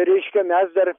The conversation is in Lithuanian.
reiškia mes dar